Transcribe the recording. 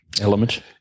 Element